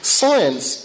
science